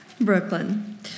Brooklyn